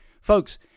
Folks